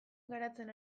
garatzen